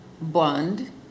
bond